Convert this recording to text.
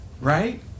right